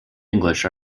english